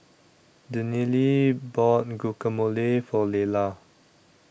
Daniele bought Guacamole For Leyla